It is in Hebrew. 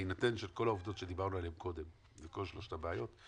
בהינתן כל העובדות שדיברנו עליהן קודם וכל שלוש הבעיות,